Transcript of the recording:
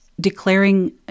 declaring